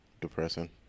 depressing